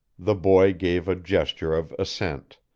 the boy gave a gesture of assent